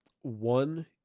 One